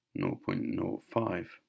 0.05